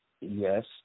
yes